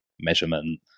measurement